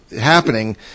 happening